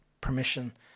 permission